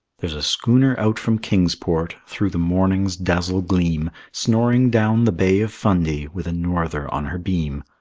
there's a schooner out from kingsport, through the morning's dazzle-gleam, snoring down the bay of fundy with a norther on her beam.